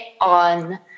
on